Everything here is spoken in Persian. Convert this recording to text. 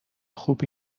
خوب